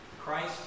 Christ